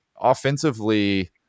offensively